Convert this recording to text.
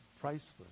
priceless